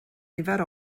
nifer